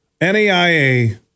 NAIA